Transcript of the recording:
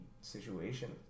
situation